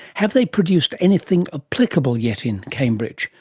have they produced anything applicable yet in cambridge?